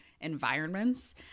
environments